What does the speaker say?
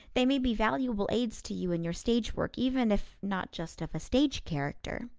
they may be valuable aids to you in your stage work, even if not just of a stage character.